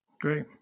Great